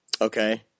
Okay